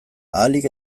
ahalik